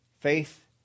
Faith